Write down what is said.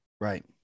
Right